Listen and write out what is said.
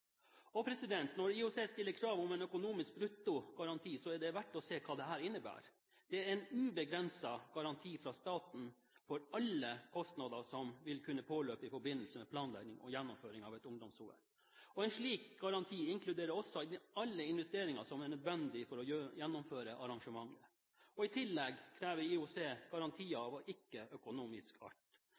Når IOC stiller krav om en økonomisk bruttogaranti, er det verdt å se på hva dette innbærer. Det er en ubegrenset garanti fra staten for alle kostnader som vil kunne påløpe i forbindelse med planlegging og gjennomføring av et ungdoms-OL. En slik garanti inkluderer også alle investeringer som er nødvendige for å gjennomføre arrangementet. I tillegg krever IOC garantier av